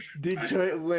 Detroit